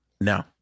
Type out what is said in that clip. No